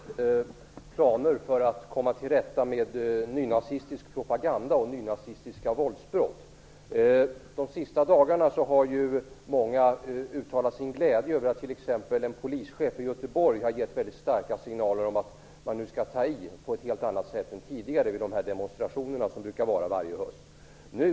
Herr talman! Jag har en fråga till statsrådet Jan Nygren om regeringens planer för att komma till rätta med nynazistisk propaganda och nynazistiska våldsbrott. Under de senaste dagarna har många uttalat sin glädje över att t.ex. en polischef i Göteborg har givit väldigt starka signaler om att man nu skall ta i på ett helt annat sätt än tidigare vid de demonstrationer som brukar äga rum varje höst.